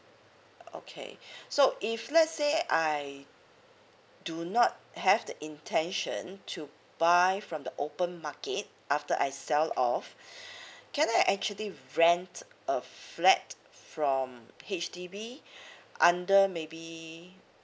okay so if let's say I do not have the intention to buy from the open market after I sell off can I actually rent a flat from H_D_B under may be